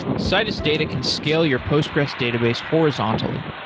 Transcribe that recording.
citus data can scale your postgressql database horizontally.